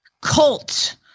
cult